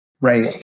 right